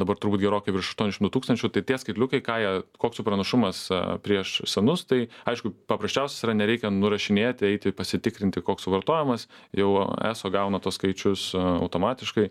dabar turbūt gerokai virš aštuondešimt du tūkstančių tai tie skaitliukai ką jie koks jų pranašumas prieš senus tai aišku paprasčiausias yra nereikia nurašinėti eiti pasitikrinti koks suvartojimas jau eso gauna tuos skaičius automatiškai